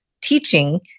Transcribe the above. teaching